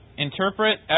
Interpret